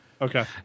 okay